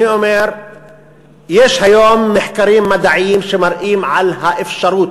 אני אומר שיש היום מחקרים מדעיים שמראים את האפשרות,